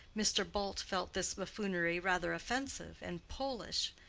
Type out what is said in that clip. mr. bult felt this buffoonery rather offensive and polish,